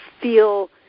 feel